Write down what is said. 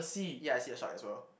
yeah I see a shark as well